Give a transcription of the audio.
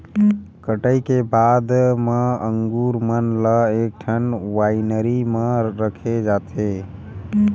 कटई के बाद म अंगुर मन ल एकठन वाइनरी म रखे जाथे